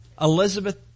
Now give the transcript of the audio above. Elizabeth